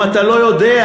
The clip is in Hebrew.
אם אתה לא יודע,